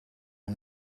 yng